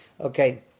Okay